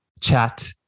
chat